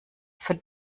für